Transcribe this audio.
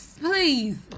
please